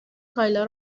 کایلا